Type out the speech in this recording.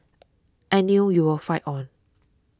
I knew you will fight on